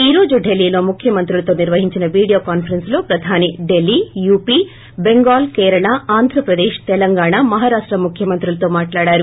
ఈ రోజు ఢిల్లీలో ముఖ్యమంత్రులతో నిర్వహించిన విడియో కాన్పరెన్స్ లో ప్రధాని ఢిల్లీ యూపి టెంగాల్ కేరళ ఆంధ్రప్రదేశ్ తెలంగాణా మహారాష్ట ముఖ్యమంత్రులతో మాట్లాడారు